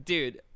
Dude